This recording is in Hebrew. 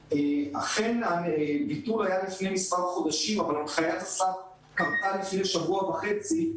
אכן הביטול היה לפני כמה חודשים אבל הנחיית השר קרתה לפני שבוע וחצי,